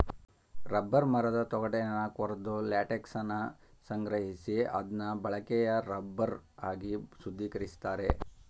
rubber ಮರದ ತೊಗಟೆನ ಕೊರ್ದು ಲ್ಯಾಟೆಕ್ಸನ ಸಂಗ್ರಹಿಸಿ ಅದ್ನ ಬಳಕೆಯ ರಬ್ಬರ್ ಆಗಿ ಶುದ್ಧೀಕರಿಸ್ತಾರೆ